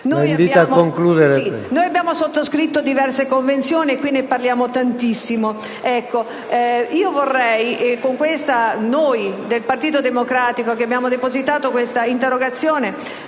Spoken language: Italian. Abbiamo sottoscritto diverse Convenzioni, quindi parliamo tantissimo.